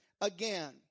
again